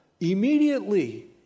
Immediately